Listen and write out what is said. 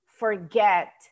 Forget